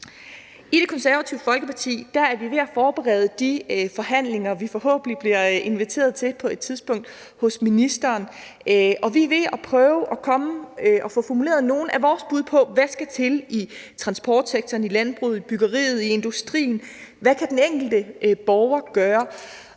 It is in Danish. I Det Konservative Folkeparti er vi ved at forberede de forhandlinger, vi forhåbentlig på et tidspunkt bliver inviteret til hos ministeren, og vi er ved at prøve at få formuleret nogle af vores bud på, hvad der skal til i transportsektoren, i landbruget, i byggeriet, i industrien og på, hvad den enkelte borger kan